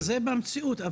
זה במציאות,